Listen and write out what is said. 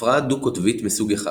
הפרעה דו-קוטבית מסוג I